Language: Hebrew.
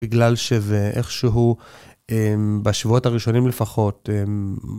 בגלל שזה איכשהו, בשבועות הראשונים לפחות.